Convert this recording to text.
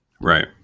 Right